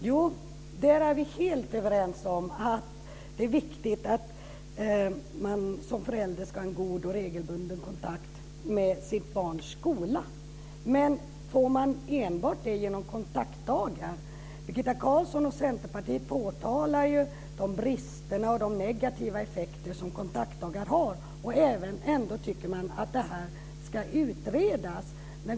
Fru talman! Vi är helt överens om att det är viktigt att man som förälder ska ha en god och regelbunden kontakt med sitt barns skola. Men får man det enbart med hjälp av kontaktdagar? Birgitta Carlsson och Centerpartiet påtalar ju de brister och negativa effekter som kontaktdagar har, och ändå tycker Centerpartiet att frågan ska utredas.